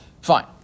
Fine